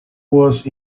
was